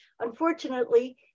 Unfortunately